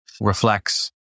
reflects